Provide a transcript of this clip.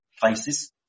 places